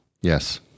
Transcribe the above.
Yes